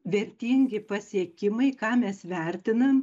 vertingi pasiekimai ką mes vertinam